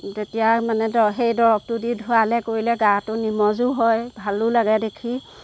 তেতিয়াই মানে সেই দৰৱটো দি ধোৱালে কৰিলে গাটো নিমজো হয় ভালো লাগে দেখি